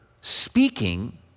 speaking